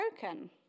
broken